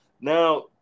Now